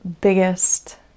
biggest